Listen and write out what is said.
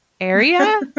area